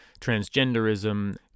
transgenderism